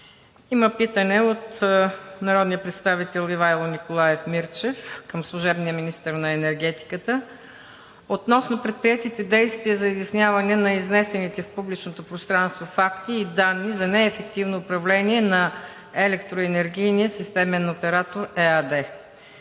Има питане от народния представител Ивайло Николаев Мирчев към служебния министър на енергетиката относно предприетите действия за изясняване на изнесените в публичното пространство факти и данни за неефективно управление на „Електроенергийния системен оператор“ ЕАД.